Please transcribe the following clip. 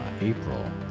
april